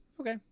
Okay